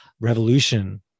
revolution